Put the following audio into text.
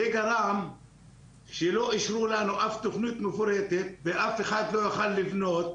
זה גרם לזה שלא אושרו לנו אף תוכניות מפורטת ואף אחד לא יוכל לבנות.